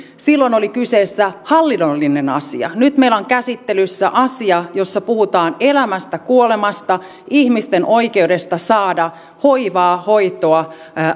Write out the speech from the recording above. silloin oli kyseessä hallinnollinen asia nyt meillä on käsittelyssä asia jossa puhutaan elämästä kuolemasta ihmisten oikeudesta saada hoivaa hoitoa